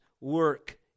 work